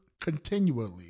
continually